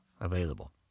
available